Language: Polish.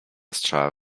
strzała